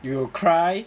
you will cry